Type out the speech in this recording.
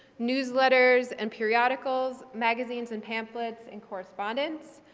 newsletters, and periodicals, magazines and pamphlets and correspondence.